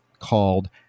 called